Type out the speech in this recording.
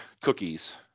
cookies